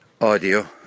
audio